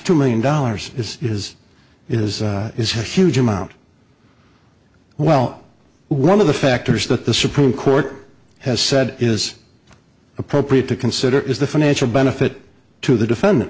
two million dollars is is is is have huge amount well one of the factors that the supreme court has said is appropriate to consider is the financial benefit to the defendant